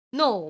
no